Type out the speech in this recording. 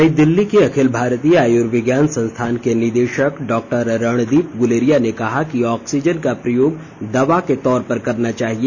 नई दिल्ली के अखिल भारतीय आयुर्विज्ञान संस्थान के निदेशक डॉ रणदीप गुलेरिया ने कहा कि ऑक्सीजन का प्रयोग दवा के तौर पर करना चाहिए